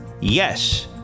Yes